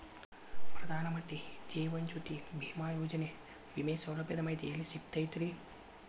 ಪ್ರಧಾನ ಮಂತ್ರಿ ಜೇವನ ಜ್ಯೋತಿ ಭೇಮಾಯೋಜನೆ ವಿಮೆ ಸೌಲಭ್ಯದ ಮಾಹಿತಿ ಎಲ್ಲಿ ಸಿಗತೈತ್ರಿ?